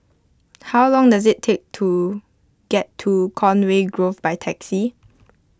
how long does it take to get to Conway Grove by taxi